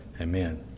Amen